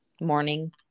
morning